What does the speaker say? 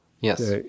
Yes